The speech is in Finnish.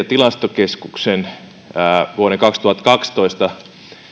tilastokeskuksen vuoden kaksituhattakaksitoista